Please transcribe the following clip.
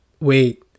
wait